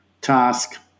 task